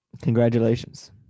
congratulations